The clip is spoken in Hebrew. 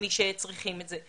למי שצריכים את זה,